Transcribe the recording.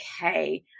okay